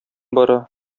бара